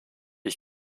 ich